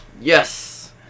Yes